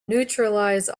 neutralize